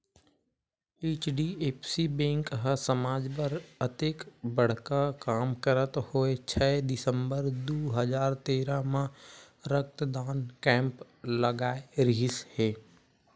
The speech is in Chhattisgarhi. एच.डी.एफ.सी बेंक ह समाज बर अतेक बड़का काम करत होय छै दिसंबर दू हजार तेरा म रक्तदान कैम्प लगाय रिहिस हे